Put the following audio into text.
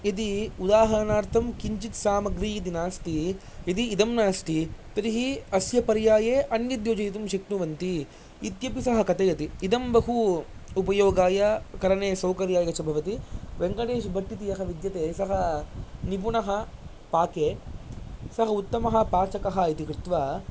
यदि उदाहरणार्थं किञ्चित् सामग्रीति नास्ति यदि इदं नास्ति तर्हि अस्य पर्याये अन्यद्योजयितुं शक्नुवन्ति इत्यपि सः कथयति इदं बहु उपयोगाय करणे सौकर्याय च भवति व्यङ्कटेशबट् इति यः विद्यते सः निपुणः पाके सः उत्तमः पाचकः इति कृत्वा